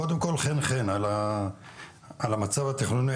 קודם כל, חן חן על המצב התכנוני.